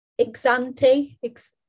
exante